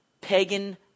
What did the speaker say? pagan